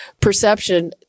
perception